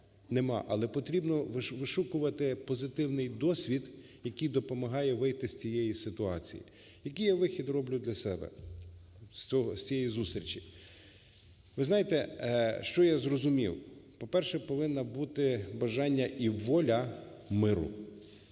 але потрібно вишукувати позитивний досвід, який допомагає вийти з цієї ситуації. Який я вихід роблю для себе з цієї зустрічі? Ви знаєте, що я зрозумів: по-перше, повинно бути бажання і воля миру.